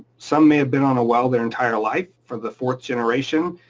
some may have been on a well their entire life for the fourth generation,